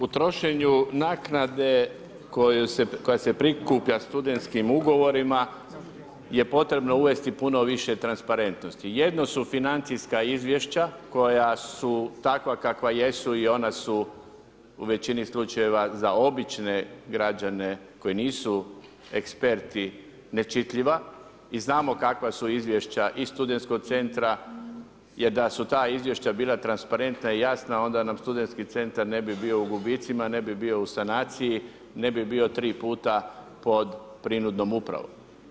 U trošenju naknade koja se prikuplja studentskim ugovorima, je potrebno uvesti puno više transparentnosti, jedno su financijska izvješća koja su takva kakva jesu i ona su u većini slučajeva, za obične građane koji nisu eksperti, nečitljiva i znamo kakva su izvješća i studentskog centra je da su ta izvješća bila transparentna i jasna, onda nam studentski centar ne bi bio u gubicima, ne bi bio u sanaciji, ne bi bio 3 puta pod … upravom.